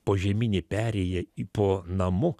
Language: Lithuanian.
požeminė perėja į po namu